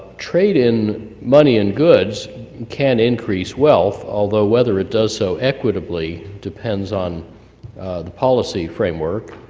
trade in money and goods can increase wealth, although, whether it does so equitably depends on the policy framework.